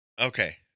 Okay